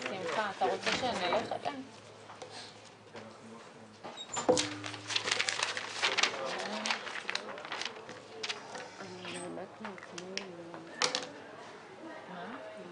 בשעה 14:20.